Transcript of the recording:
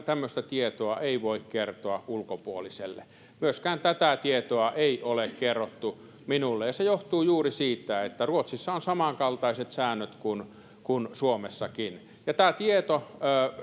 tämmöistä tietoa ei voi kertoa ulkopuoliselle myöskään tätä tietoa ei ole kerrottu minulle ja se johtuu juuri siitä että ruotsissa on samankaltaiset säännöt kuin suomessakin ja tämä tieto